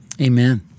Amen